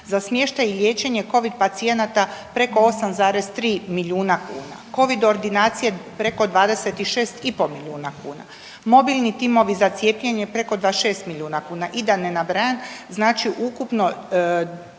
Za smještaj i liječenje covid pacijenata preko 8,3 milijuna kuna. Covid ordinacije preko 26 i pol milijuna kuna. Mobilni timovi za cijepljenje preko 26 milijuna kuna. I da ne nabrajam. Znači ukupno